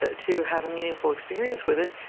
ah to have a meaningful experience with it.